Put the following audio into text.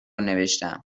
نوشتهام